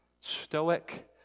stoic